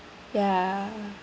ya